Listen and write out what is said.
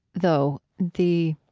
though, the,